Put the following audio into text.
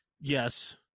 Yes